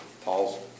Paul's